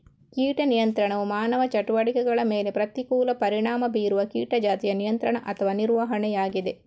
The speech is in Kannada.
ಕೀಟ ನಿಯಂತ್ರಣವು ಮಾನವ ಚಟುವಟಿಕೆಗಳ ಮೇಲೆ ಪ್ರತಿಕೂಲ ಪರಿಣಾಮ ಬೀರುವ ಕೀಟ ಜಾತಿಯ ನಿಯಂತ್ರಣ ಅಥವಾ ನಿರ್ವಹಣೆಯಾಗಿದೆ